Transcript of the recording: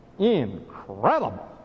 Incredible